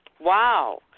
Wow